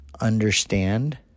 understand